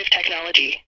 technology